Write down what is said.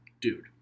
Dude